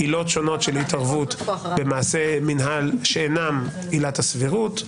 עילות שונות של התערבות במעשי מינהל שאינם עילת הסבירות,